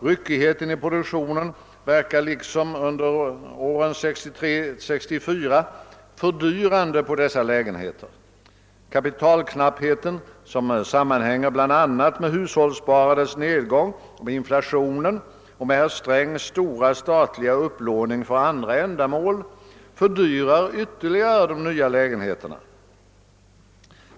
Ryckigheten i produktionen verkar liksom under åren 1963—1964 förminskande på dessa lägenheter. Kapitalknappheten, som sammanhänger bl.a. med hushållssparandets nedgång, med inflationen och med herr Strängs stora statliga upplåning för andra ändamål fördyrar ytterligare de nya lägenheterna.